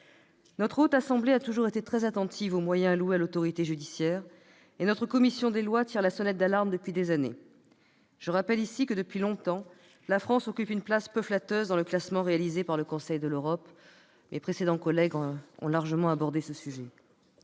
Notre assemblée a toujours été très attentive aux moyens alloués à l'autorité judiciaire, et notre commission des lois tire la sonnette d'alarme depuis des années. Je rappelle que, depuis longtemps, la France occupe une place peu flatteuse dans le classement réalisé par le Conseil de l'Europe- les collègues qui m'ont précédé ont largement abordé ce sujet.